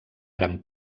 gran